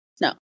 No